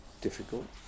difficult